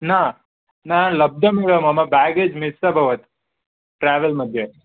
न न लब्धं मम बेग्गेज् मिस् अभवत् ट्रेवल् मध्ये